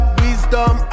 wisdom